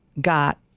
got